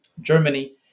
Germany